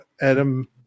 adam